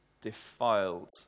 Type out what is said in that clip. defiled